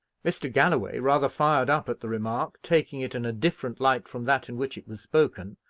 mr. galloway rather fired up at the remark, taking it in a different light from that in which it was spoken.